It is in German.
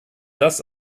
das